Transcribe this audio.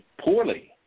poorly